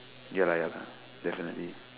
ya lah definitely